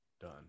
done